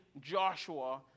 Joshua